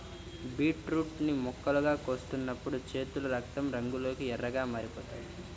beetroot ని ముక్కలుగా కోస్తున్నప్పుడు చేతులు రక్తం రంగులోకి ఎర్రగా మారిపోతాయి